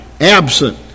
Absent